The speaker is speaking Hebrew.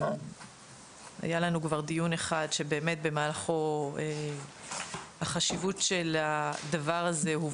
כבר היה לנו דיון אחד שבמהלכו באמת הובהרה החשיבות של הדבר הזה,